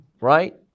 right